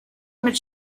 mit